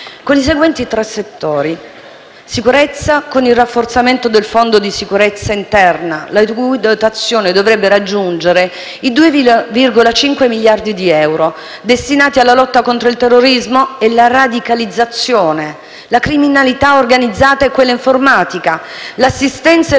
con i seguenti tre settori.